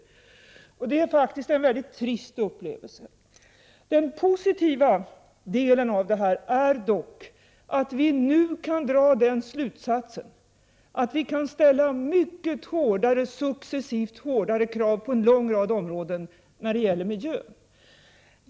Det är faktiskt en mycket trist upplevelse. Den positiva delen av detta är dock att vi nu kan dra slutsatsen att vi kan ställa successivt mycket hårdare krav på en lång rad områden när det gäller miljön.